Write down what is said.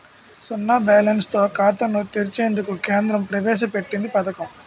సున్నా బ్యాలెన్స్ తో ఖాతాను తెరిచేందుకు కేంద్రం ప్రవేశ పెట్టింది పథకం